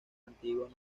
antiguas